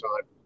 time